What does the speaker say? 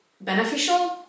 beneficial